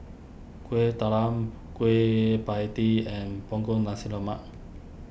Kuih Talam Kueh Pie Tee and Punggol Nasi Lemak